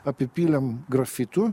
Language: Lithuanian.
apipylėm grafitu